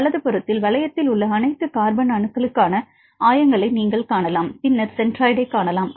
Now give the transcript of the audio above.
வலதுபுறத்தில் வளையத்தில் உள்ள அனைத்து கார்பன் அணுக்களுக்கான ஆயங்களை நீங்கள் காணலாம் பின்னர் சென்ட்ராய்டைக் காணலாம்